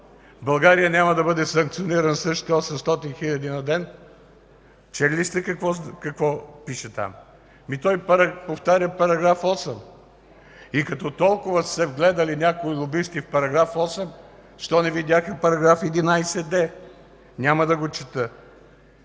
България няма да бъде санкционирана срещу 800 хиляди на ден? Чели ли сте какво пише там? Ами той повтаря § 8! И като толкова са се вгледали някои лобисти в § 8 защо не видяха § 11д? Няма да го чета.